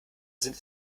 sind